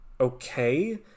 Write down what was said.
Okay